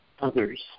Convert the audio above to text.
others